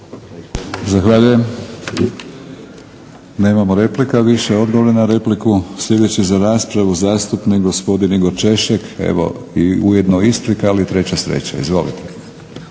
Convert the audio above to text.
Zahvaljujem. Nemamo replika više, odgovora na repliku. Sljedeći za raspravu zastupnik gospodin Igor Češek. Evo ujedno i isprika, ali treća sreća. Izvolite.